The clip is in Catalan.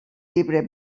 llibre